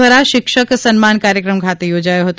દ્વારા શિક્ષક સન્માન કાર્યક્રમ ખાતે યોજાયો હતો